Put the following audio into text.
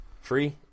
free